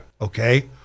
Okay